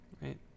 right